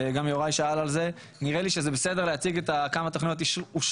גם יוראי שאל על זה נראה לי שזה בסדר להציג כמה תחנות אושרו,